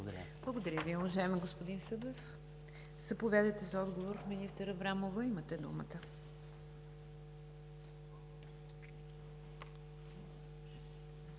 Благодаря Ви, уважаеми господин Събев. Заповядайте за отговор, министър Аврамова. Имате думата.